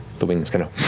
the wings kind of